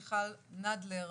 מיכל נדלר.